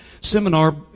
seminar